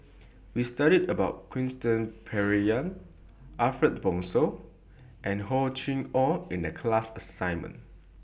We studied about Quentin Pereira Ariff Bongso and Hor Chim Or in The class assignment